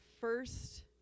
first